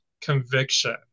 conviction